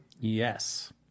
Yes